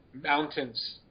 mountains